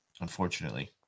unfortunately